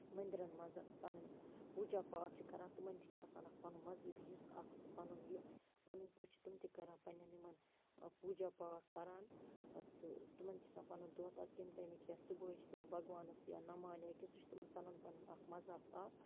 مندرَن مَنٛز پَننۍ پوٗجا پاٹھ چھِ کَران تِمَن تہِ چھُ آسان اکھ پَنُن مَذہبی حصہٕ اکھ سُہ پَنُن یہِ پَننۍ پٲٹھۍ چھِ تِم تہِ کَران پَننٮ۪ن یِمَن پوٗجا پاٹھ پَران تہٕ تِمن تہِ چھُ آسان پَنُن دۄہہ تتھ کمہِ ٹایمہِ یا صُبحٲے چھِ تِم بَگوانَس یا نَمان یا کیاہ سُہ چھُ تِمَن پَنُن پَنُن اکھ مَذہَب اَکھ